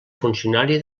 funcionari